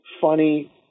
funny